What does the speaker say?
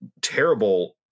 terrible